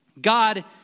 God